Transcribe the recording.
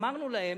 אמרנו להם: